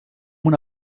una